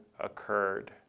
occurred